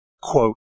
quote